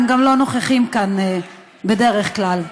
הם גם לא נוכחים כאן בדרך כלל,